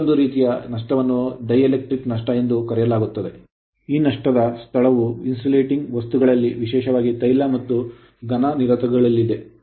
ಮತ್ತೊಂದು ರೀತಿಯ ನಷ್ಟವನ್ನು ಡೈಎಲೆಕ್ಟ್ರಿಕ್ ನಷ್ಟ ಎಂದು ಕರೆಯಲಾಗುತ್ತದೆ ಈ ನಷ್ಟದ ಸ್ಥಳವು ಇನ್ಸುಲೇಟಿಂಗ್ ವಸ್ತುಗಳಲ್ಲಿ ವಿಶೇಷವಾಗಿ ತೈಲ ಮತ್ತು ಘನ ನಿರೋಧಕಗಳಲ್ಲಿದೆ